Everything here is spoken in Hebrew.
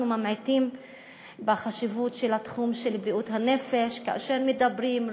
ממעיטים בחשיבות של תחום בריאות הנפש כאשר מדברים.